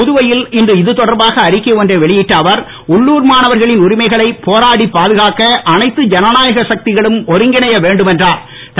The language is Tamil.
புதுவையில் இன்று இதுதொடர்பாக அறிக்கை ஒன்றை வெளியிட்ட அவர் உள்ளூர் மாணவர்களின் உரிமைகளைப் போராடிப் பாதுகாக்க அனைத்து ஜனநாயக சக்திகளும் ஒருங்கிணைய வேண்டும் என்றூர்